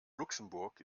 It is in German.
luxemburg